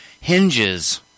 hinges